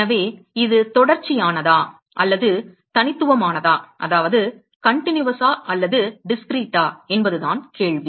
எனவே இது தொடர்ச்சியானதா அல்லது தனித்துவமானதா என்பது கேள்வி